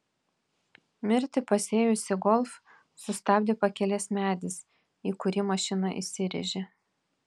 mirtį pasėjusį golf sustabdė pakelės medis į kurį mašina įsirėžė